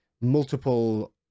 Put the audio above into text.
multiple